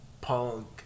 punk